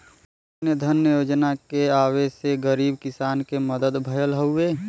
अन्न धन योजना के आये से गरीब किसान के मदद भयल हउवे